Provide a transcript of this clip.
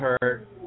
hurt